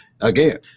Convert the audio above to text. Again